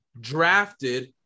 drafted